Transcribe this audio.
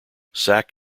sack